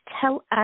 tellus